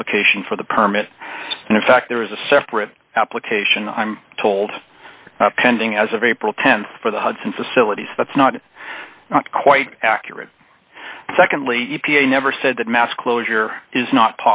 application for the permit and in fact there is a separate application i'm told pending as of april th for the hudson facilities that's not quite accurate secondly e p a never said that mass closure is not